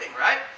right